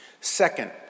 Second